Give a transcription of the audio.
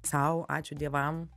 sau ačiū dievam